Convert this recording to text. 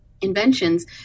inventions